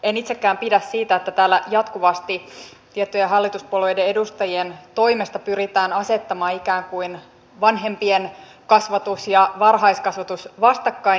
en itsekään pidä siitä että täällä jatkuvasti tiettyjen hallituspuolueiden edustajien toimesta pyritään asettamaan ikään kuin vanhempien kasvatus ja varhaiskasvatus vastakkain